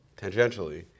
tangentially